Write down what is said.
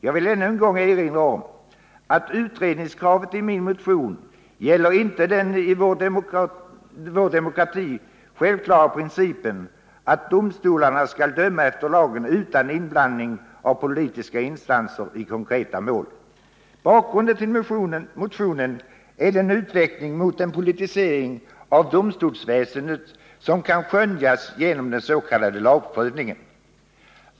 Jag vill än en gång erinra om att utredningskravet i min motion inte gäller den i vår demokrati självklara principen att domstolarna skall döma efter lagen utan inblandning av politiska instanser i konkreta mål. Bakgrunden till motionen är den utveckling mot en politisering av domstolsväsendet som kan skönjas genom den s.k. lagprövningen.